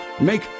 Make